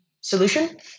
solution